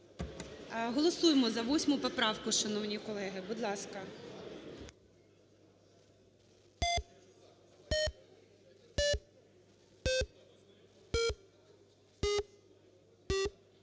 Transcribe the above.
Голосуємо за 8 поправку, шановні колеги, будь ласка.